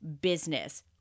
business